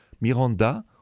Miranda